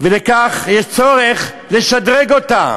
ולכן יש צורך לשדרג אותה,